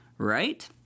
Right